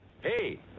Hey